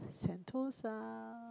Sentosa